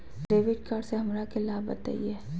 Debit card से हमरा के लाभ बताइए?